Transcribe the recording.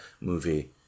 movie